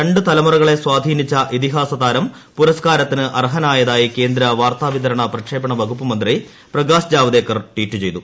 രണ്ട് തലമുറകളെ സ്വാധീനിച്ച ഇതിഹാസ താരം പുരസ്കാരത്തിന് അർഹനായതായി കേന്ദ്ര വാർത്താവിതരണ പ്രക്ഷേപണ വകുപ്പു മന്ത്രി പ്രകാശ് ജാവ്ദേക്കർ ട്വീറ്റ് ചെയ്തു